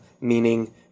meaning